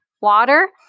water